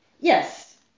Yes